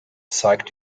zeigt